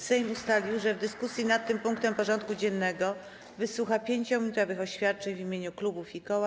Sejm ustalił, że w dyskusji nad tym punktem porządku dziennego wysłucha 5-minutowych oświadczeń w imieniu klubów i koła.